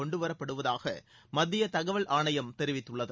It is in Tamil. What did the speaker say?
கொண்டுவரப்படுவதாக மத்திய தகவல் ஆணையம் தெரிவித்துள்ளது